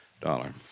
Dollar